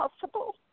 possible